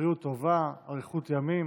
בריאות טובה, אריכות ימים